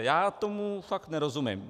Já tomu fakt nerozumím.